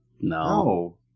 No